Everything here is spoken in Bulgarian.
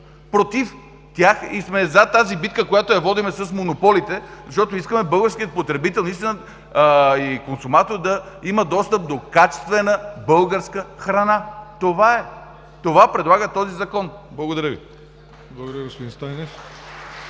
против тях и сме за битката, която водим с монополите, защото искаме българският потребител и консуматор наистина да имат достъп до качествена българска храна. Това е! Това предлага този Закон. Благодаря Ви.